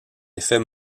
effet